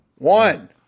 One